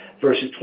versus